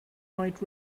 might